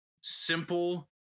simple